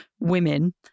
women